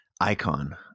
icon